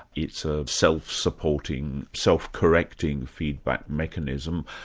it's a self-supporting, self-correcting feedback mechanism,